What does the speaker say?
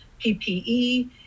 PPE